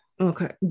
okay